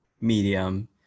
medium